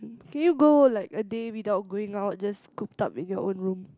can you go like a day without going out just cooped up in your own room